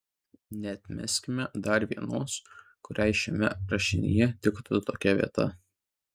neatmeskime dar vienos kuriai šiame rašinyje tiktų tokia vieta